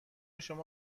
شما